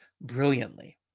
brilliantly